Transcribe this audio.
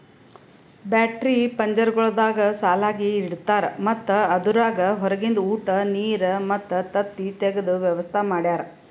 battery ಪಂಜರಗೊಳ್ದಾಗ್ ಸಾಲಾಗಿ ಇಡ್ತಾರ್ ಮತ್ತ ಅದುರಾಗ್ ಹೊರಗಿಂದ ಉಟ, ನೀರ್ ಮತ್ತ ತತ್ತಿ ತೆಗೆದ ವ್ಯವಸ್ತಾ ಮಾಡ್ಯಾರ